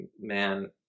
man